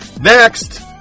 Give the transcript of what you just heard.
Next